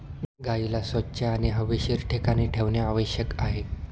गाईला स्वच्छ आणि हवेशीर ठिकाणी ठेवणे आवश्यक आहे